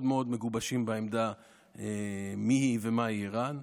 מאוד מגובשים בעמדה מי היא ומה היא איראן.